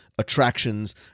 attractions